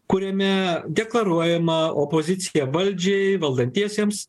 kuriame deklaruojama opozicija valdžiai valdantiesiems